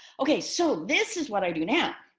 okay, so this is what i do now.